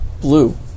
Blue